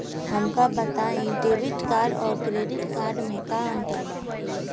हमका बताई debit card और क्रेडिट कार्ड में का अंतर बा?